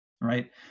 right